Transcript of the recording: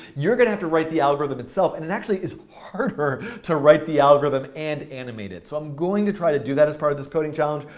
you're going to have to write the algorithm itself. and it actually is harder to write the algorithm and animate it. so i'm going to try to do that as part of this coding challenge.